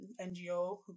NGO